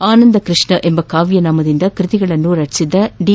ಅನಂದ ಕೃಷ್ಣ ಎಂಬ ಕಾವ್ಯನಾಮದಿಂದ ಕೃತಿಗಳನ್ನು ರಚಿಸಿದ್ದ ದಿ